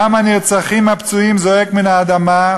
דם הנרצחים והפצועים זועק מהאדמה,